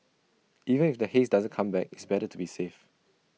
even if the haze doesn't come back it's better to be safe